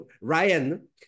Ryan